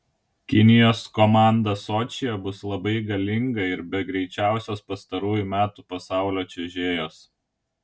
kinijos komanda sočyje bus labai galinga ir be greičiausios pastarųjų metų pasaulio čiuožėjos